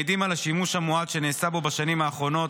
מעידים על השימוש המועט שנעשה בו בשנים האחרונות.